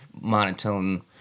monotone